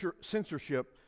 censorship